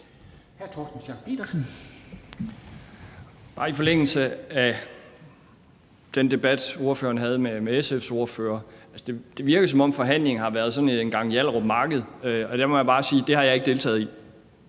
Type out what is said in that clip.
Torsten Schack Pedersen (V): I forlængelse af den debat, ordføreren havde med SF's ordfører, vil jeg bare sige, at det virkede, som om forhandlingerne har været sådan en gang Hjallerup marked. Og der må jeg bare sige, at det har jeg ikke deltaget i.